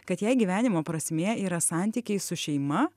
kad jai gyvenimo prasmė yra santykiai su šeima